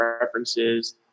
references